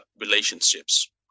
relationships